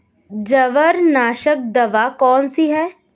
जवार नाशक दवा कौन सी है?